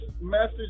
message